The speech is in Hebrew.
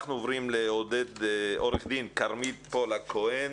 אנחנו עוברים לעורכת דין כרמית פולק כהן